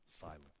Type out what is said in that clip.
silent